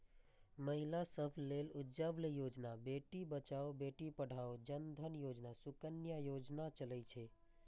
महिला सभ लेल उज्ज्वला योजना, बेटी बचाओ बेटी पढ़ाओ, जन धन योजना, सुकन्या योजना चलै छै